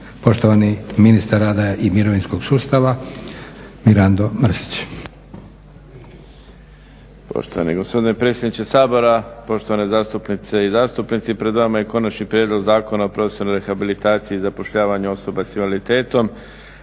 Poštovani ministar rada i mirovinskog sustava, Mirando Mrsić.